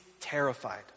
terrified